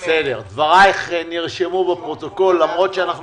זו לא הדרך,